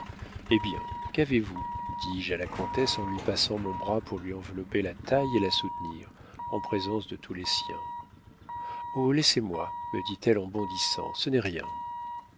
hé bien qu'avez-vous dis-je à la comtesse en lui passant mon bras pour lui envelopper la taille et la soutenir en présence de tous les siens oh laissez-moi me dit-elle en bondissant ce n'est rien